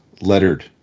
lettered